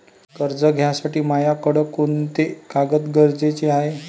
कर्ज घ्यासाठी मायाकडं कोंते कागद गरजेचे हाय?